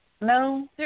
No